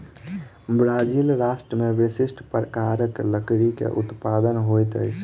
Brazil राष्ट्र में विशिष्ठ प्रकारक लकड़ी के उत्पादन होइत अछि